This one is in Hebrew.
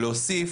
להוסיף,